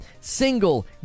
single